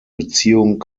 beziehung